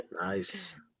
Nice